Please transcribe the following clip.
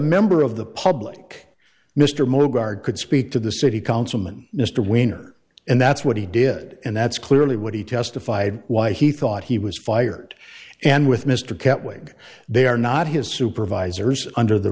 member of the public mr mo gard could speak to the city councilman mr winner and that's what he did and that's clearly what he testified why he thought he was fired and with mr kept waiting they are not his supervisors under the